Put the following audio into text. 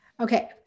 Okay